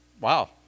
Wow